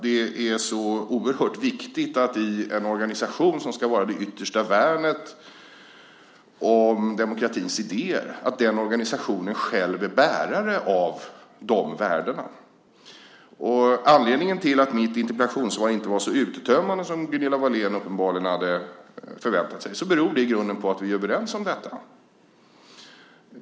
Det är oerhört viktigt att en organisation som ska vara det yttersta värnet om demokratins idéer själv är bärare av de värdena. Anledningen till att mitt interpellationssvar inte var så uttömmande som Gunilla Wahlén uppenbarligen hade väntat sig är i grunden att vi är överens om detta.